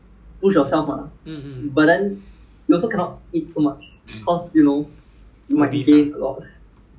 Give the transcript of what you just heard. ya 看看 ya 看他的 size lah 因为 like 你可以 free flow 加 rice